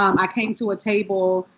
um i came to a table,